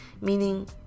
meaning